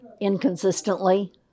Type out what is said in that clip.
inconsistently